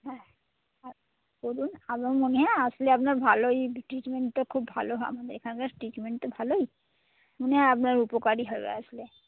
হ্যাঁ হ্যাঁ বলুন আমার মনে হয় আসলে আপনার ভালোই ট্রিটমেন্ট তো খুব ভালো হয় আমাদের এখানকার ট্রিটমেন্ট তো ভালোই মনে হয় আপনার উপকারই হবে আসলে